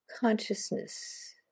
consciousness